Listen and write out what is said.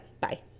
Bye